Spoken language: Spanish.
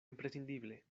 imprescindible